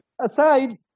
Aside